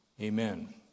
amen